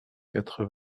quatre